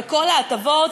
וכל ההטבות,